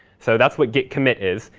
so that's what git commit is.